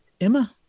Emma